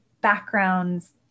backgrounds